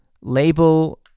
label